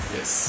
Yes